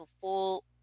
full